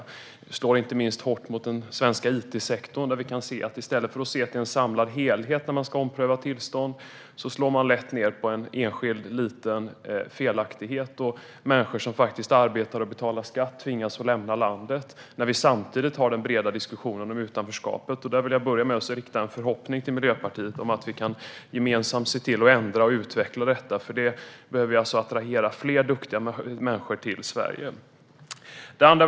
Det här slår inte minst hårt mot den svenska it-sektorn där man i stället för att se till en samlad helhet när man ska ompröva tillstånd slår ned på en enskild liten felaktighet, och människor som faktiskt arbetar och betalar skatt tvingas lämna landet samtidigt som vi har den breda diskussionen om utanförskapet. Jag vill börja med att rikta en förhoppning till Miljöpartiet om att vi gemensamt kan ändra och utveckla detta, för vi behöver attrahera fler duktiga människor till Sverige. Herr talman!